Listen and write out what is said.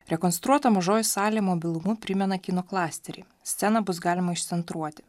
rekonstruota mažoji salė mobilumu primena kino klasterį sceną bus galima išcentruoti